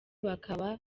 bakaba